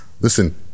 Listen